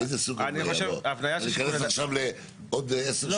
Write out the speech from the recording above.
יש על זה הסדרה בחקיקה.